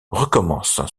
recommence